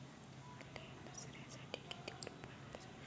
मले दसऱ्यासाठी कितीक रुपये कर्ज भेटन?